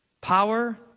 power